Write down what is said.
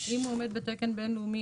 אם הוא עומד בתקן בין-לאומי,